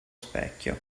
specchio